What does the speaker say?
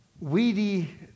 weedy